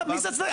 מי זה הצדדים?